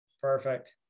perfect